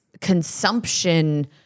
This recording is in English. consumption